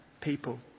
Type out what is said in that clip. people